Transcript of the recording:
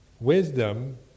wisdom